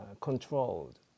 controlled